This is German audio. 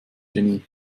genie